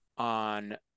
on